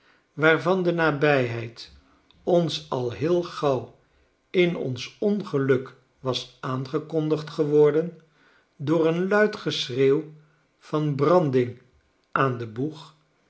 waarvan de nabyheid ons al heel gauw in onsongeluk was asmgekondigd geworden door een luid geschreeuw van branding aan den boeg